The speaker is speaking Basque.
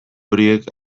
horiek